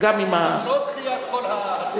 אבל היא גם לא דחייה של כל הדרישות.